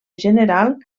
general